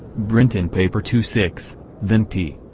brinton paper two six then p.